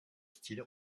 style